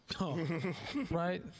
right